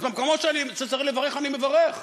אז במקומות שצריך לברך אני מברך,